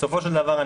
בסופו של דבר,